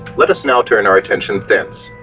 let us now turn our attention thence.